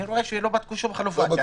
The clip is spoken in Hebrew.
אני רואה שלא בדקו שום חלופה.